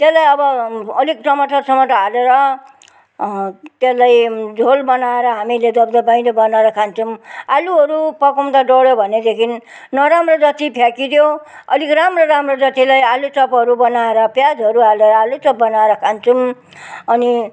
त्यसलाई अब अलिक टमाटर समाटर हालेर त्यसलाई झोल बनाएर हामीले दब दबाइलो बनाएर खान्छौँ आलुहरू पकाउँदा डढ्यो भनेदेखि नराम्रो जति फ्याँकी दियो अलिक राम्रो राम्रो जतिलाई आलु चपहरू बनाएर प्याजहरू हालेर आलु चप बनाएर खान्छौँ अनि